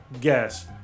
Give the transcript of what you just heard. guess